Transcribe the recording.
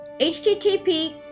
http